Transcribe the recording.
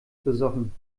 besoffen